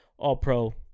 All-pro